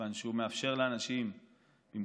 מכיוון שהוא מאפשר לאנשים להיות בביתם